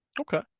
Okay